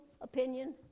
opinion